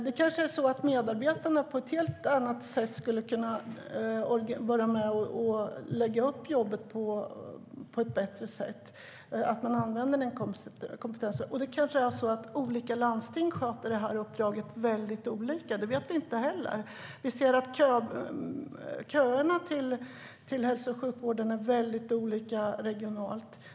Det kanske är så att medarbetarna på ett helt annat sätt skulle kunna vara med och lägga upp jobbet på ett bättre sätt, att använda kompetensen så. Det kanske också är så att olika landsting sköter uppdraget mycket olika - det vet vi inte heller. Vi ser att köerna till hälso och sjukvården är olika regionalt.